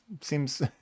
seems